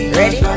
ready